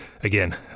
again